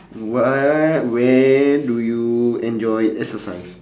what where do you enjoy exercise